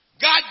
God